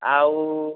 ଆଉ